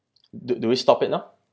do do we stop it now